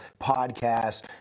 podcasts